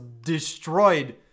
destroyed